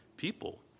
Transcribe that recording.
people